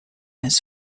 his